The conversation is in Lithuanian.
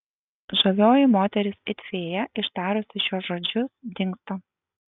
žavioji moteris it fėja ištarusi šiuos žodžius dingsta